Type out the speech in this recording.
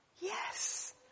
yes